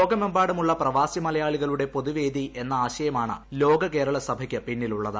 ലോകമെമ്പാടുമുള്ള പ്രവാസി മലയാളികളുടെ പൊതുവേദി എന്ന ആശയമാണ് ലോക കേരള സഭയ്ക്ക് പിന്നിലുള്ളത്